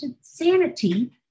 sanity